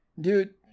dude